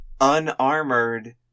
unarmored